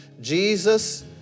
Jesus